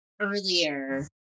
earlier